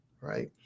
right